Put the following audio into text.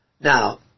Now